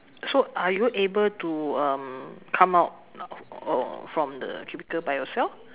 so are you able to um come out of from the cubicle by yourself